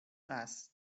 است